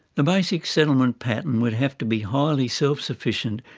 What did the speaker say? the basic settlement pattern would have to be highly self-sufficient,